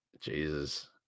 Jesus